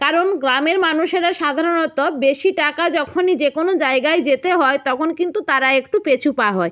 কারণ গ্রামের মানুষেরা সাধারণত বেশি টাকা যখনই যে কোনো জায়গায় যেতে হয় তখন কিন্তু তারা একটু পিছু পা হয়